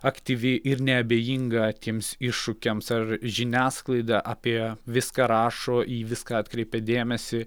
aktyvi ir neabejinga tiems iššūkiams ar žiniasklaida apie viską rašo į viską atkreipia dėmesį